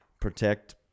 protect